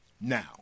Now